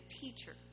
teacher